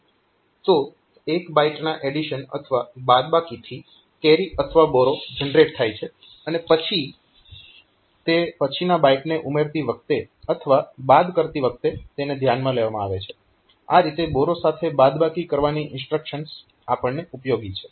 તો એક બાઈટના એડીશન અથવા બાદબાકીથી કેરી અથવા બોરો જનરેટ થાય છે અને પછી તે પછીના બાઈટને ઉમેરતી વખતે અથવા બાદ કરતી વખતે તેને ધ્યાનમાં લેવામાં આવે છે આ રીતે બોરો સાથે બાદબાકી કરવાની ઇન્સ્ટ્રક્શન્સ આપણને ઉપયોગી છે